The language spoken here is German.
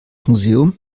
museum